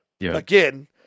again